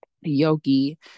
yogi